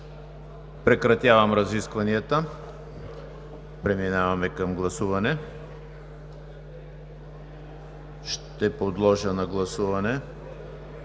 Прекратявам разискванията и преминаваме към гласуване. Подлагам на гласуване